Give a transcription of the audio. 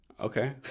Okay